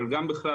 אבל גם בכלל,